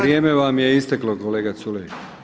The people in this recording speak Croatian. Vrijeme vam je isteklo kolega Culej.